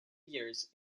years